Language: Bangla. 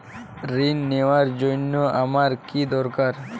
ঋণ নেওয়ার জন্য আমার কী দরকার?